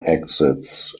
exits